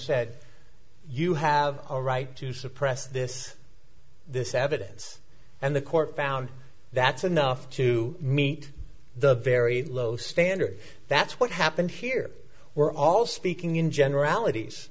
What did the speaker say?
said you have a right to suppress this this evidence and the court found that's enough to meet the very low standard that's what happened here we're all speaking in generalities